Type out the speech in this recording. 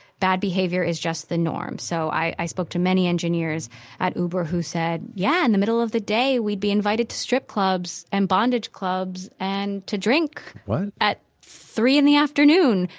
bad behavior is just the norm. so i spoke to many engineers at uber who said, yeah, in and the middle of the day we'd be invited to strip clubs and bondage clubs and to drink at three in the afternoon.